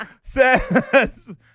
says